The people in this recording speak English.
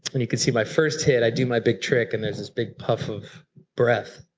and you can see my first hit i do my big trick and there's this big puff of breath,